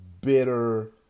bitter